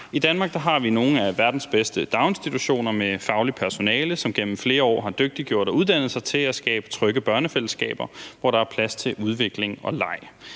I Danmark har vi nogle af verdens bedste daginstitutioner med fagligt personale, som gennem flere år har dygtiggjort sig og uddannet sig til at skabe trygge børnefællesskaber, hvor der er plads til udvikling og leg.